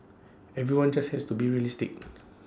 everyone just has to be realistic